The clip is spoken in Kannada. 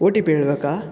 O T P ಹೇಳಬೇಕಾ